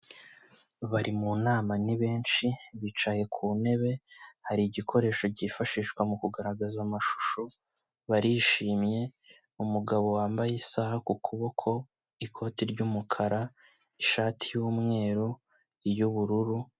Bari mu nama ni benshi bicaye ku ntebe, hari igikoresho cyifashishwa mu kugaragaza amashusho barishimye, umugabo wambaye isaha ku kuboko, ikote ry'umukara, ishati y'umweru, iy'ubururu.